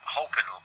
hoping